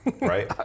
Right